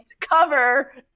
cover